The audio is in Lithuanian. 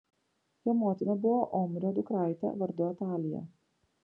jo motina buvo omrio dukraitė vardu atalija